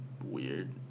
weird